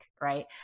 right